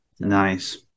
nice